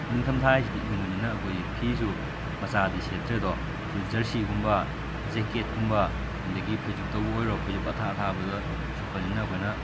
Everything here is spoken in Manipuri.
ꯅꯤꯡꯊꯝ ꯊꯥ ꯍꯥꯏꯁꯤꯗꯤ ꯏꯪꯕꯅꯤꯅ ꯑꯩꯈꯣꯏ ꯐꯤꯁꯨ ꯃꯆꯥꯗꯤ ꯁꯦꯠꯇ꯭ꯔꯦꯗꯣ ꯐꯨꯔꯤꯠ ꯖꯔꯁꯤꯒꯨꯝꯕ ꯖꯦꯀꯦꯠꯒꯨꯝꯕ ꯑꯗꯒꯤ ꯐꯩꯖꯨꯞꯇꯕꯨ ꯑꯣꯏꯔꯣ ꯐꯩꯖꯨꯞ ꯑꯊꯥ ꯑꯊꯥꯕꯇ ꯁꯨꯞꯄꯅꯤꯅ ꯑꯩꯈꯣꯏꯅ